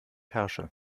herrsche